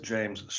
James